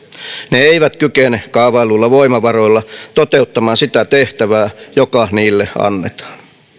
ne eivät kykene kaavailluilla voimavaroilla toteuttamaan sitä tehtävää joka niille annetaan